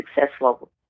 successful